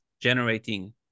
generating